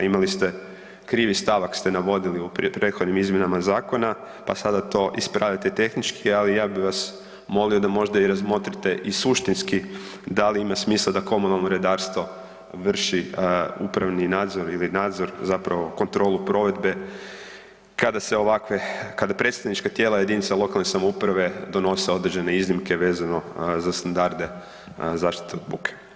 Imali ste, krivi stavak ste navodili u prethodnim izmjenama zakona, pa sada to ispravljate tehnički, ali ja bih vas molio da možda i razmotrite i suštinski da li ima smisla da komunalno redarstvo vrši upravni nadzor ili nadzor zapravo kontrolu provedbe kada se ovakve, kada predstavnička tijela JLS-ova donose određene iznimke vezano za standarde zaštite od buke.